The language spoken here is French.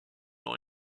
ont